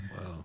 Wow